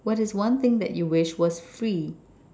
what is one thing that you wish was free